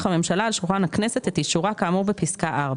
הממשלה על שולחן הכנסת את אישורה כאמור בפסקה (4),